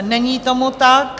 Není tomu tak.